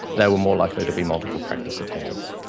they were more likely to be multiple practice attenders.